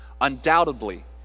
undoubtedly